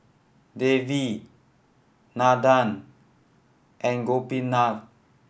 Devi Nandan and Gopinath